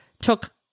took